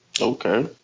Okay